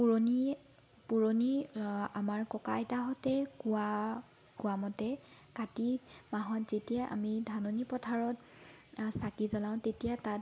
পুৰণি পুৰণি আমাৰ ককা আইতাহঁতে কোৱা কোৱা মতে কাতি মাহত যেতিয়া আমি ধাননি পথাৰত চাকি জ্বলাও তেতিয়া তাত